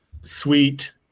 sweet